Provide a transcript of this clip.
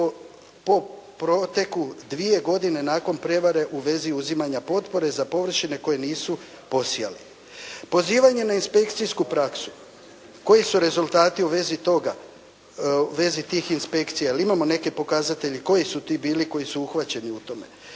po proteku dvije godine nakon prevare u vezi uzimanja potpore za površine koje nisu posijali. Pozivanje na inspekcijsku praksu koji su rezultati u vezi toga? U vezi tih inspekcija. Jel' imamo neke pokazatelje koji su ti bili koji su uhvaćeni u tome?